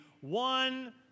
one